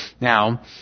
now